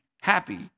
happy